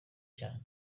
cya